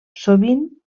sovint